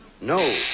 No